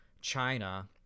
China